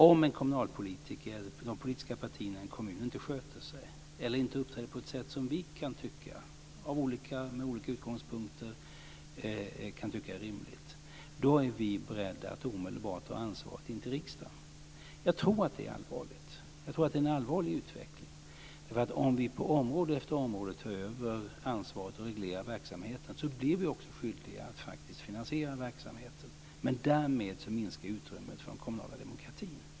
Om de politiska partierna i en kommun inte sköter sig eller inte uppträder på ett sätt som vi kan tycka är rimligt från olika utgångspunkter, är vi beredda att omedelbart dra ansvaret in till riksdagen. Jag tror att det är allvarligt. Jag tror att det är en allvarlig utveckling. Om vi på område efter område tar över ansvaret och reglerar verksamheten, blir vi också skyldiga att faktiskt finansiera verksamheten, och därmed minskar utrymmet för den kommunala demokratin.